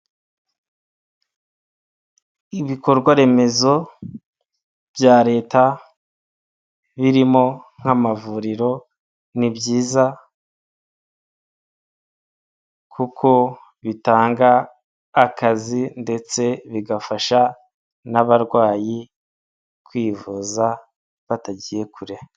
Ibikorwa remezo bya leta birimo nk'amavuriro ni byiza kuko bitanga akazi ndetse bigafasha n'abarwayi kwivuza batagiye kure.